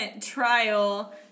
trial